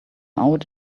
out